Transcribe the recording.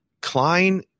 Klein